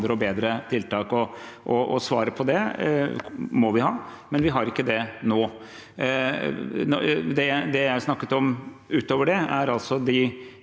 og bedre tiltak. Svaret på det må vi ha, men vi har det ikke nå. Det jeg snakket om utover det, er de